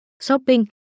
shopping